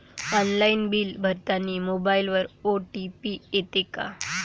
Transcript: Online bill भरतानी मोबाईलवर OTP येते का?